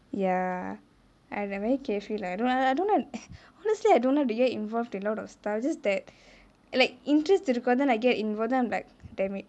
ya I very carefree I don't like honestly I don't like to get involved in a lot of stuff just that like interest இருக்கு:irukku then I get involved then I'm like dammit